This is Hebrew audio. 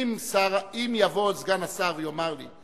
אם יבוא סגן השר ויאמר לי,